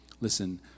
Listen